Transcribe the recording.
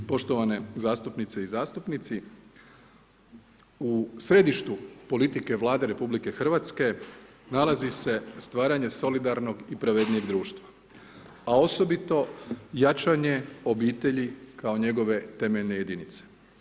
Poštovane zastupnice i zastupnici, u središtu politike Vlade RH nalazi se stvaranje solidarnog i pravednijeg društva, a osobito jačanje obitelji kao njegove temeljne jedinice.